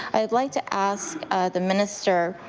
i would like to ask the minister,